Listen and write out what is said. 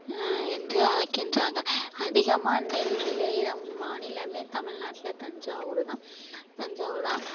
என்று அழைக்கின்றாங்க அதிகமாக நெல் விளைகிற மாநிலமே தமிழ்நாட்ல தஞ்சாவூர் தான் தஞ்சாவூர் தான்